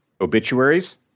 obituaries